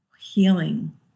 healing